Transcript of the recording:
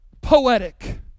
poetic